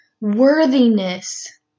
worthiness